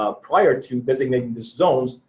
ah prior to designating these zones,